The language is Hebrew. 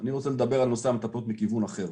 אני רוצה לדבר על נושא המטפלות מכיוון אחר.